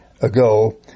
ago